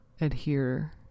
adhere